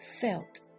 felt